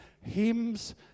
hymns